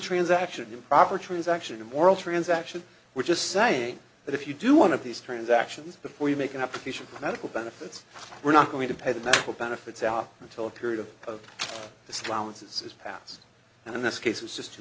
transaction improper transaction immoral transaction we're just saying that if you do one of these transactions before you make an application for medical benefits we're not going to pay the benefits out until a period of discounts is passed and in this case is just t